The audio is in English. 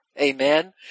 Amen